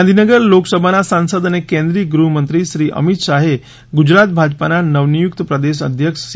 ગાંધીનગર લોકસભાના સાંસદ અને કેન્દ્રીય ગૃહમંત્રીશ્રી અમિત શાહે ગુજરાત ભાજપાનાં નવનિયુકત પ્રદેશ અધ્યક્ષ સી